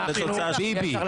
לתוצאה שונה.